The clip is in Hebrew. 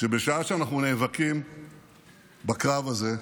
שבשעה שאנחנו נאבקים בקרב הזה,